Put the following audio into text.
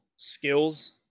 Skills